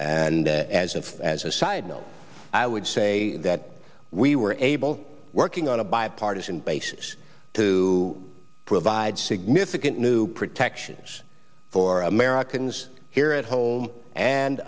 and as and as a side note i would say that we were able working on a bipartisan basis to provide significant new protections for americans here at home and